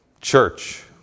church